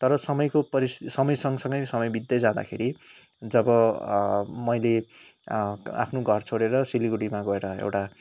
तर समयको परिस समय सँगसँगै समय बित्दै जाँदाखेरि जब मैले आफ्नो घर छोडेर सिलगढीमा गएर एउटा